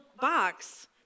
box